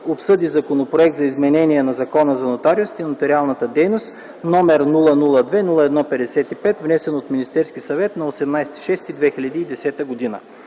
обсъди Законопроект за изменение на Закона за нотариусите и нотариалната дейност № 002–01–55, внесен от Министерския съвет на 18 юни 2010 г.